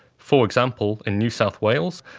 for example, in new south wales,